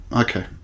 Okay